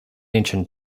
ancient